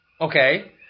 Okay